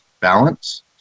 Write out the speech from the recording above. balance